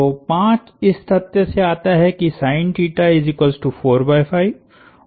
तो 5 इस तथ्य से आता है कि और है